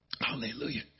Hallelujah